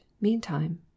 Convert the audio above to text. meantime